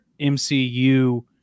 mcu